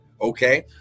okay